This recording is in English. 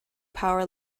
power